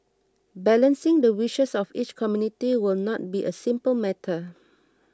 balancing the wishes of each community will not be a simple matter